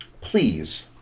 please